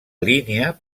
línia